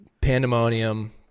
pandemonium